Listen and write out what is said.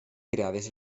creades